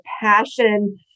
passion